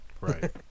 Right